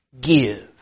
give